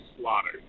slaughtered